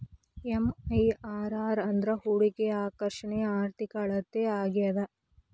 MIRR ಅಂದ್ರ ಹೂಡಿಕೆಯ ಆಕರ್ಷಣೆಯ ಆರ್ಥಿಕ ಅಳತೆ ಆಗ್ಯಾದ